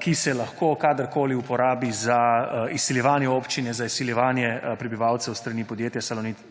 ki se lahko kadarkoli uporabi za izsiljevanje občine, za izsiljevanje prebivalcev s strani podjetja Salonit